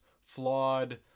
flawed